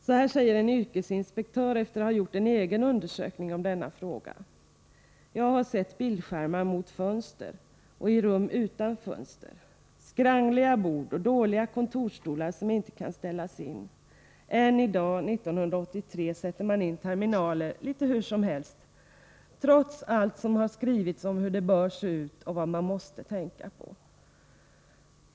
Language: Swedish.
Så här säger en yrkesinspektör efter att ha gjort en egen undersökning om denna fråga: Jag har sett bildskärmar mot fönster och i rum utan fönster, skrangliga bord och dåliga kontorsstolar som inte kan ställas in. Ännui dag, 1983, sätter man in terminaler litet hur som helst trots allt som har skrivits om hur det bör se ut och vad man måste tänka på.